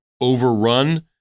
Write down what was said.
Overrun